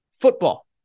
football